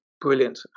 brilliant